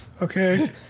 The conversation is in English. Okay